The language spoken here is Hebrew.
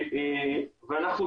ואנחנו,